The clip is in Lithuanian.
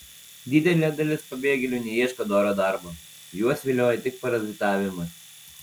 didelė dalis pabėgėlių neieško doro darbo juos vilioja tik parazitavimas